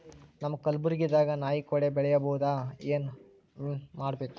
ನಮ್ಮ ಕಲಬುರ್ಗಿ ದಾಗ ನಾಯಿ ಕೊಡೆ ಬೆಳಿ ಬಹುದಾ, ಏನ ಏನ್ ಮಾಡಬೇಕು?